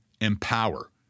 empower